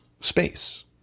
space